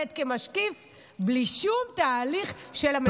משקיף בקבינט בלי שום תהליך של הממשלה.